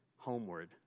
Homeward